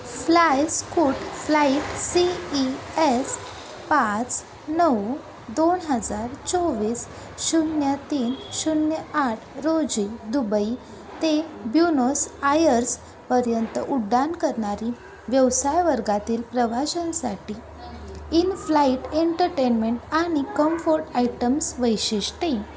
स्लायस्कूट flight C E S पाच नऊ दोन हजार चोवीस शून्य तीन शून्य आठ रोजी दुबई ते ब्युनोस आयर्सपर्यंत उड्डाण करणारी व्यवसाय वर्गातील प्रवाशांसाठी इन फ्लाईट एंटरटेन्मेंट आणि कम्फोर्ट आयटम्स वैशिष्ट्ये